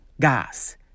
gas